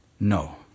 No